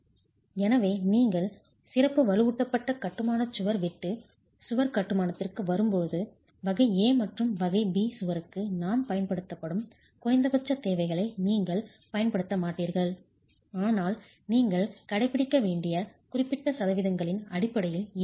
எனவே நீங்கள் சிறப்பு வலுவூட்டப்பட்ட கட்டுமான சுவர் வெட்டு சுவர் கட்டுமானத்திற்கு வரும்போது வகை A மற்றும் வகை B சுவருக்கு நாம் பயன்படுத்தும் குறைந்தபட்ச தேவைகளை நீங்கள் பயன்படுத்த மாட்டீர்கள் ஆனால் நீங்கள் கடைபிடிக்க வேண்டிய குறிப்பிட்ட சதவீதங்களின் அடிப்படையில் இது இருக்கும்